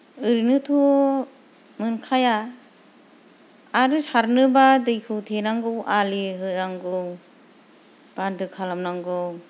ओरैनोथ' मोनखाया आरो सारनोबा दैखौ थेनांगौ आलि होनांगौ बान्दो खालामनांगौ